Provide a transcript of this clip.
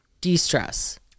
de-stress